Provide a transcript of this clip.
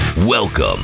Welcome